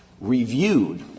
reviewed